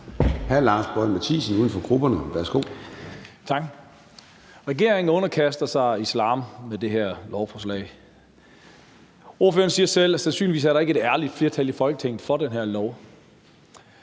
11:15 Lars Boje Mathiesen (UFG): Tak. Regeringen underkaster sig islam med det her lovforslag. Ordføreren siger selv, at sandsynligvis er der ikke et ærligt flertal i Folketinget for den her lov.